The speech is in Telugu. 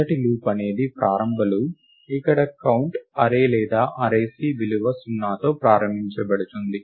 మొదటి లూప్ అనేది ప్రారంభ లూప్ ఇక్కడ కౌంట్ అర్రే లేదా అర్రే C విలువ 0 తో ప్రారంభించబడుతుంది